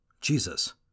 Jesus